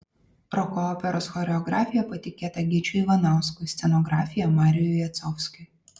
roko operos choreografija patikėta gyčiui ivanauskui scenografija marijui jacovskiui